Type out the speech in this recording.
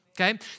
Okay